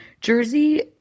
Jersey